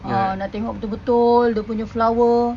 orh nak tengok betul-betul dia punya flower